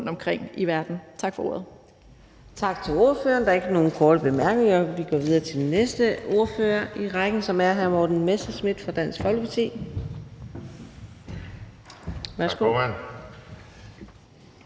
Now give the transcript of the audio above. rundtomkring i verden. Tak for ordet.